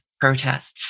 protests